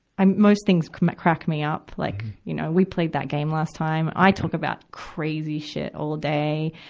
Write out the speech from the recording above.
i'm, most things crack crack me up. like, you know, we played that game last time. i talk about crazy shit all day.